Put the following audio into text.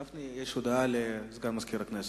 הודעה לסגן מזכיר הכנסת.